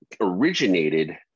originated